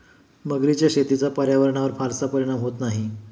मगरीच्या शेतीचा पर्यावरणावर फारसा परिणाम होत नाही